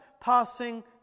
passing